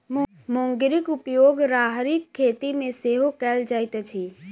मुंगरीक उपयोग राहरिक खेती मे सेहो कयल जाइत अछि